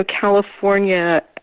California